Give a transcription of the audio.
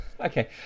Okay